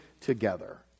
together